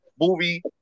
movie